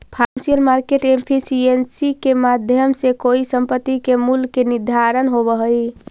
financial market efficiency के माध्यम से कोई संपत्ति के मूल्य के निर्धारण होवऽ हइ